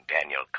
Daniel